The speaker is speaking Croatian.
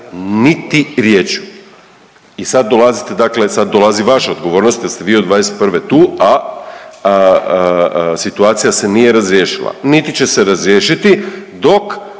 dakle sad dolazi vaša odgovornost jer ste vi od '21. tu, a situacija se nije razriješila niti će se razriješiti dok